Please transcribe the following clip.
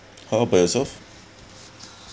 how about yourself